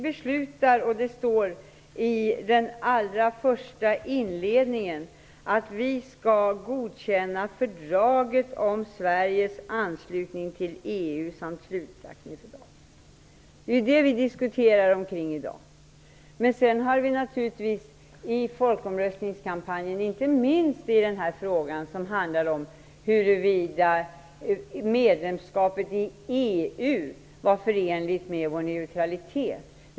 Det står i inledningen till betänkandet att vi skall godkänna fördraget om Sveriges anslutning till Det är detta vi diskuterar i dag. Men i folkomröstningskampanjen var det naturligtvis en mycket stor fråga huruvida ett medlemskap i EU är förenligt med vår neutralitet.